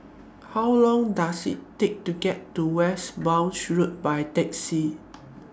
How Long Does IT Take to get to Westbourne Road By Taxi